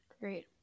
Great